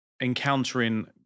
encountering